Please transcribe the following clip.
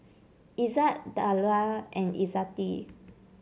Izzat Dollah and Izzati